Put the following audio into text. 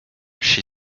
she